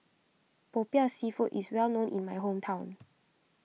Popiah Seafood is well known in my hometown